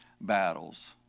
battles